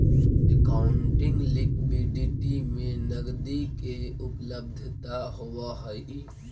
accounting liquidity में नकदी के उपलब्धता होवऽ हई